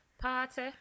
Party